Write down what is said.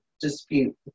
dispute